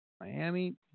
Miami